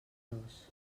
dos